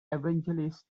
evangelist